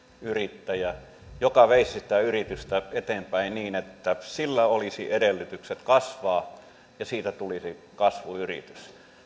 yrittäjä joka veisi sitä yritystä eteenpäin niin että sillä olisi edellytykset kasvaa ja siitä tulisi kasvuyritys